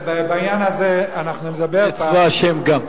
בעניין הזה אנחנו נדבר כאן, בצבא השם גם.